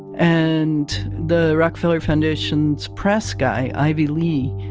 and the rockefeller foundation's press guy, ivy lee,